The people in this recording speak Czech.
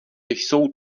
jsou